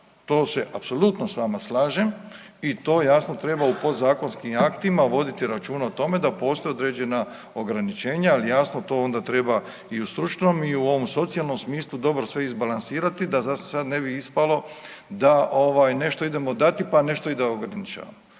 To se apsolutno s vama slažem i to jasno treba u podzakonskim aktima voditi računa o tome da postoje određena ograničenja, ali jasno to onda treba i u stručnom i u ovom socijalnom smislu dobro sve izbalansirati da za sad ne bi ispalo da ovaj nešto idemo dati, pa nešto da i ograničavamo.